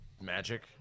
magic